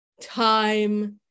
time